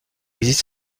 existe